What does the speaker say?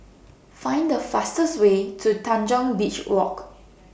Find The fastest Way to Tanjong Beach Walk